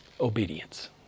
Obedience